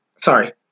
Sorry